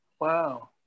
Wow